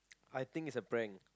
I think it's a prank